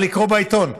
זה לקרוא בעיתון.